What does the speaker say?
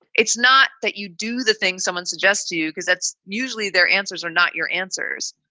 it's not that you do the things someone suggest to you, because that's usually their answers or not your answers.